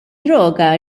droga